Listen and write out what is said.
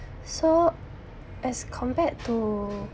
so as compared to